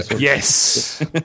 Yes